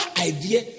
idea